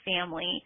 family